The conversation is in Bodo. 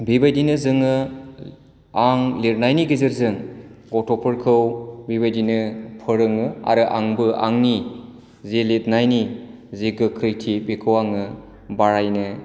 बिबादिनो जोङो आं लिरनायनि गेजेरजों गथ'फोरखौ बिबायदिनो फोरोङो आरो आंबो आंनि जि लिरनायनि जि गोख्रैथि बेखौ आङो बारायनो